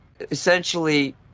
essentially